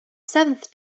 seventh